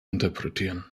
interpretieren